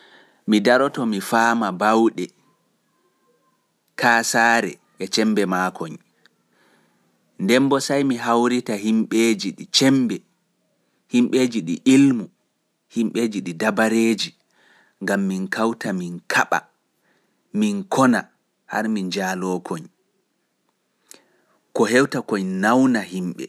Mi laara mi jannga, mi naftira e wakkati mi faama fina tawaaji maɓɓe e nonno ɓe njooɗori. Mi jannginai himɓeeji i mi tawi dow ko mi anndi nden bo mi raɓɓitai mi yiida e himɓeeji mauɗi ɗi jamanuure nden.